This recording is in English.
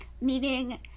meaning